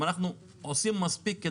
האם אנחנו עושים מספיק?